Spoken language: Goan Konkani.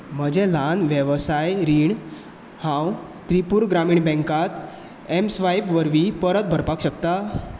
म्हजें ल्हान वेवसाय रीण हांव त्रिपुरा ग्रामीण बँकांत एम स्वायप वरवीं परत भरपाक शकता